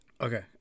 Okay